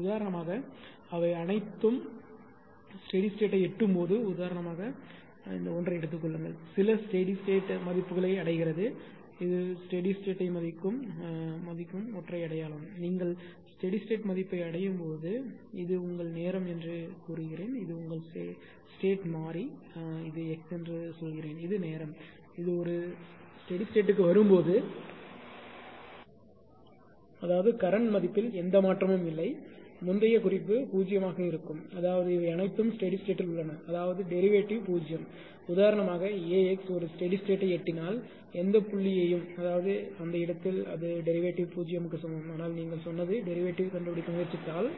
உதாரணமாக அவை அனைத்தும் ஸ்டெடி ஸ்டேட்யை எட்டும்போது உதாரணமாக 1 ஐ எடுத்துக் கொள்ளுங்கள் சில ஸ்டெடி ஸ்டேட் மதிப்புகளை அடைகிறது இது ஸ்டெடி ஸ்டேட்யை மதிக்கும் ஒன்றை அடையலாம் நீங்கள் ஸ்டெடி ஸ்டேட் மதிப்பை அடையும் போது இது உங்கள் நேரம் என்று சொல்லுங்கள் இது உங்கள் ஸ்டேட் மாறி சில எக்ஸ் சொல்லுங்கள் இது நேரம் இது ஒரு ஸ்டெடி ஸ்டேட்க்கு வரும்போது அதாவது கரண்ட் மதிப்பில் எந்த மாற்றமும் இல்லை முந்தைய குறிப்பு 0 ஆக இருக்கும் அதாவது இவை அனைத்தும் ஸ்டெடி ஸ்டேட்யில் உள்ளன அதாவது டெரிவேடிவ் 0 உதாரணமாக AX ஒரு ஸ்டெடி ஸ்டேட்யை எட்டினால் எந்த புள்ளியையும் அதாவது அந்த இடத்தில் அது டெரிவேடிவ் 0 க்கு சமம் ஆனால் நீங்கள் எங்காவது டெரிவேடிவ் கண்டுபிடிக்க முயற்சித்தால்